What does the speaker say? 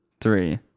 three